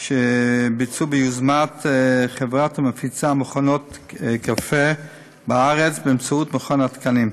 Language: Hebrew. שבוצעו ביוזמת חברה המפיצה מכונות קפה בארץ באמצעות מכון התקנים.